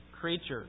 creatures